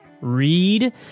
read